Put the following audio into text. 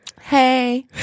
Hey